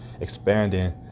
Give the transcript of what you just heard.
expanding